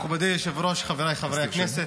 מכובדי היושב-ראש, חבריי חברי הכנסת,